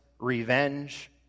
revenge